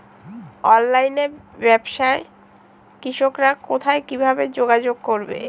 অনলাইনে ব্যবসায় কৃষকরা কোথায় কিভাবে যোগাযোগ করবে?